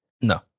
No